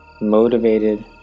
motivated